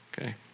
Okay